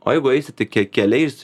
o jeigu eisi tik keliais